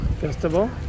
Festival